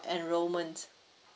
enrolment